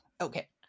Okay